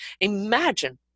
Imagine